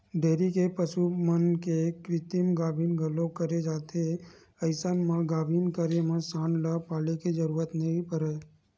dairy के पसु मन के कृतिम गाभिन घलोक करे जाथे अइसन म गाभिन करे म सांड ल पाले के जरूरत नइ परय